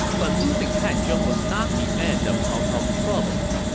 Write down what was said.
but losing hanzhong was not the end of cao cao's troubles.